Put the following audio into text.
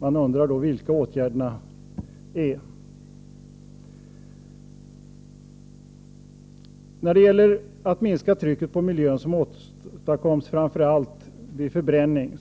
Man undrar då vilka åtgärderna är. När det gäller att minska trycket på miljön, som åstadkommes genom framför allt förbränning,